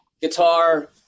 guitar